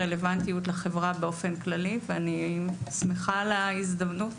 רלוונטיות לחברה באופן כללי ואני שמחה על ההזדמנות.